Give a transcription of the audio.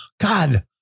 God